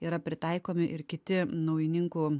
yra pritaikomi ir kiti naujininkų